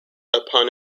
upon